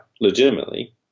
legitimately